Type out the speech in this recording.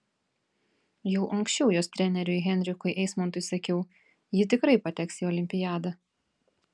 jau anksčiau jos treneriui henrikui eismontui sakiau ji tikrai pateks į olimpiadą